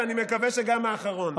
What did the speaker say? ואני מקווה שגם האחרון.